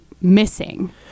missing